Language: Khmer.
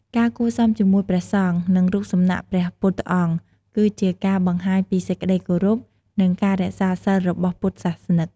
ការគួរសមជាមួយព្រះសង្ឃ និងរូបសំណាកព្រះពុទ្ធអង្គ គឺជាការបង្ហាញពីសេចក្ដីគោរព និងការរក្សាសីលរបស់ពុទ្ធសាសនិក។